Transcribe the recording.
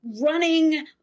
running